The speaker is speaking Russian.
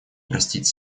простить